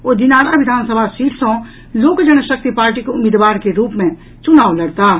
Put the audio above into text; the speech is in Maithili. ओ दिनारा विधानसभा सीट सँ लोक जनशक्ति पार्टीक उम्मीदवार के रूप मे चुनाव लड़ताह